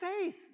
Faith